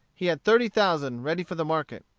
he had thirty thousand ready for the market.